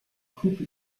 coupe